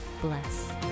bless